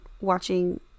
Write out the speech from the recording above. watching